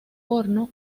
porno